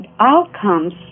outcomes